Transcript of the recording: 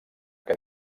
que